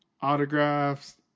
autographs